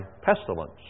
pestilence